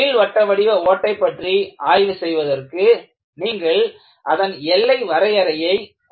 நீள்வட்ட வடிவ ஓட்டை பற்றி ஆய்வு செய்வதற்கு நீங்கள் அதன் எல்லை வரையறையை குறிப்பிட வேண்டும்